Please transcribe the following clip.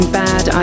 bad